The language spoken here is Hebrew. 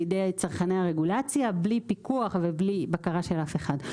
לידי צרכני הרגולציה בלי פיקוח ובלי בקרה של אף אחד.